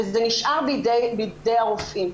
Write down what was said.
וזה נשאר בידי הרופאים.